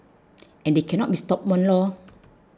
and they cannot be stopped one lor